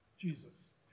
Jesus